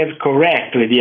correctly